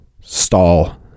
stall